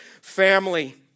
family